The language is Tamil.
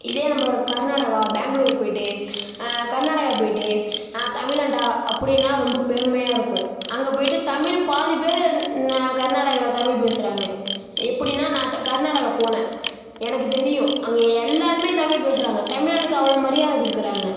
இதே நம்ம கர்நாடகா பேங்களூர் போயிட்டு கர்நாடகா போயிட்டு நா தமிழன்டா அப்படின்னா ரொம்ப பெருமையாக இருக்கும் அங்கே போயிட்டு தமிழு பாதி பேரு கர்நாடகாவில் தமிழ் பேசுகிறாங்க எப்படின்னா நான் இப்போ கர்நாடகா போனேன் எனக்கு தெரியும் அங்கே எல்லாருமே தமிழ் பேசுகிறாங்க தமிழனுக்கு அவ்வளோ மரியாதை கொடுக்குறாங்க